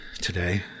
today